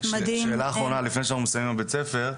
שאלה אחרונה לפני שאנחנו מסיימים עם בית הספר,